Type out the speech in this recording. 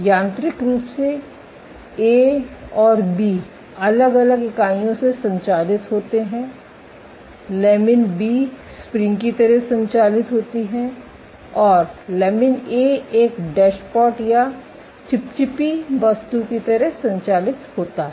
यांत्रिक रूप से ए और बी अलग अलग इकाइयों से संचालित होते हैं लैमिन बी स्प्रिंग की तरह संचालित होती हैं और लमिन ए एक डैशपॉट या चिपचिपी वस्तु की तरह संचालित होता है